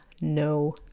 no